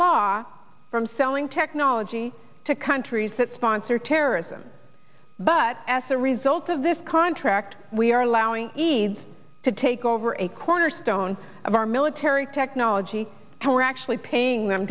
law from selling technology to countries that sponsor terrorism but as a result of this contract we are allowing eads to take over a cornerstone of our military technology our actually paying them